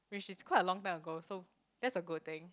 which is quite a long time ago so that's a good thing